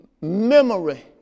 memory